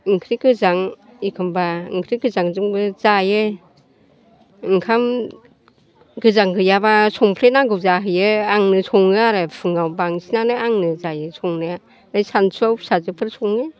ओंख्रि गोजां एखमब्ला ओंख्रि गोजांजोंबो जायो ओंखाम गोजां गैयाब्ला संख्रि नांगौ जाहोयो आंनो सङो आरो फुंआव बांसिनानो आंनो जायो संनाया आमफ्राय सानसुआव फिसाजोफोर सङो